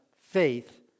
faith